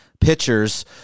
pitchers